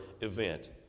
event